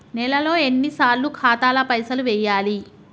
నెలలో ఎన్నిసార్లు ఖాతాల పైసలు వెయ్యాలి?